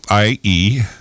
ie